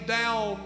down